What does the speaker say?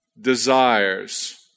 desires